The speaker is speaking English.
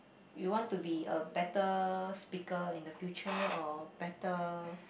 you want to be a better speaker in the future or better